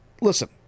Listen